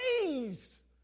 Please